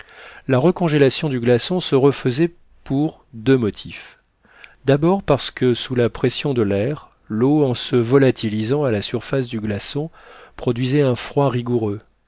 la recongélation du glaçon se refaisait pour deux motifs d'abordparce que sous la pression de l'air l'eau en se volatilisant à la surface du glaçon produisait un froid rigoureux